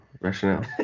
rationale